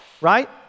right